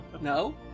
No